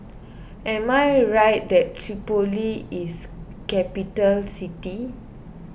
am I right that Tripoli is capital city